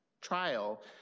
trial